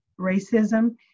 racism